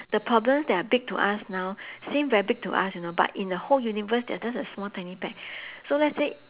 the problems that are big to us now seem very big to us you know but in the whole universe they are just a small tiny peck so let's say